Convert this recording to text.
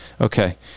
Okay